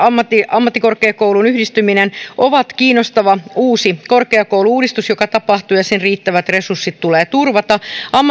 ammattikorkeakoulun yhdistyminen on kiinnostava uusi korkeakoulu uudistus joka tapahtuu ja sen riittävät resurssit tulee turvata